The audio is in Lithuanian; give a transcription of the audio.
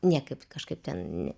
niekaip kažkaip ten